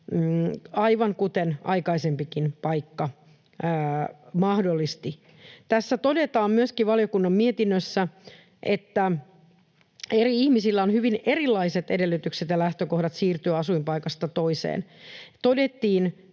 aivan kuten aikaisempikin paikka mahdollisti. Tässä valiokunnan mietinnössä todetaan myöskin, että on hyvin erilaiset edellytykset ja lähtökohdat siirtyä asuinpaikasta toiseen. Todettiin